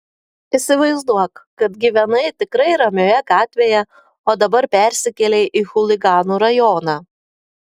įsivaizduok kad gyvenai tikrai ramioje gatvėje o dabar persikėlei į chuliganų rajoną